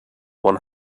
one